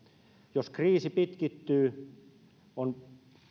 jos kriisi pitkittyy on